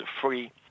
free